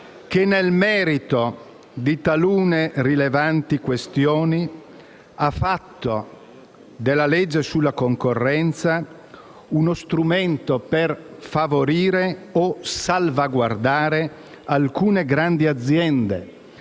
che nel merito di talune rilevanti questioni ha fatto della legge sulla concorrenza uno strumento per favorire o salvaguardare alcune grandi aziende,